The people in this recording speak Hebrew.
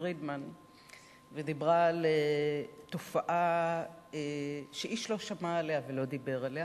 פרידמן ודיברה על תופעה שאיש לא שמע עליה ולא דיבר עליה: